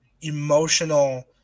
emotional